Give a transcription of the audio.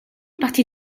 partie